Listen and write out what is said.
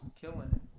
Killing